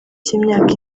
cy’imyaka